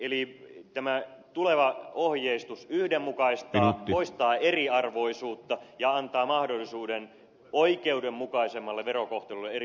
eli tämä tuleva ohjeistus yhdenmukaistaa poistaa eriarvoisuutta ja antaa mahdollisuuden oikeudenmukaisemmalle verokohtelulle eri puolella suomea